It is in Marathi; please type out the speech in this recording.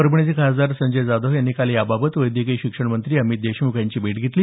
परभणीचे खासदार संजय जाधव यांनी काल याबाबत वैद्यकीय शिक्षण मंत्री अमित देशमुख यांची भेट घेतली